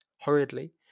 Hurriedly